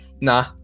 nah